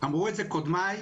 אמרו את זה קודמיי,